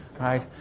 right